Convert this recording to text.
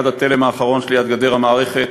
עד התלם האחרון שליד גדר המערכת,